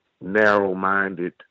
narrow-minded